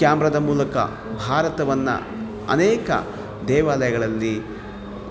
ಕ್ಯಾಮರಾದ ಮೂಲಕ ಭಾರತವನ್ನು ಅನೇಕ ದೇವಾಲಯಗಳಲ್ಲಿ